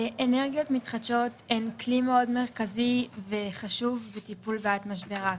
אנרגיות מתחדשות הן כלי מרכזי מאוד וחשוב בטיפול בבעיית משבר האקלים.